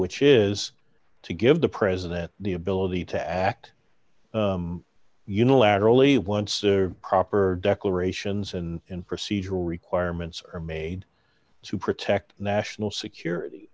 which is to give the president the ability to act unilaterally once or proper declarations and procedural requirements are made to protect national security